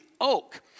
oak